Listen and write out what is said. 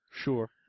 Sure